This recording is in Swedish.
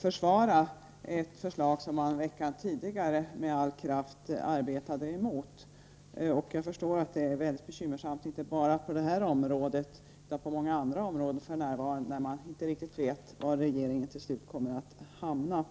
försvara ett förslag som man en vecka tidigare med all kraft arbetat emot. Jag förstår att det är bekymmersamt, inte bara på det här området utan på många andra områden, för närvarande när man inte riktigt vet var regeringen till slut kommer att hamna.